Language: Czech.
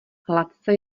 hladce